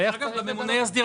הסכמנו שהממונה יסדיר,